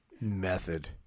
method